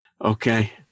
Okay